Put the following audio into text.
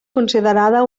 considerada